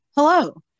Hello